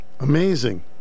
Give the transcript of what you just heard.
Amazing